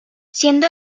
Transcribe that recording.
siendo